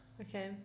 Okay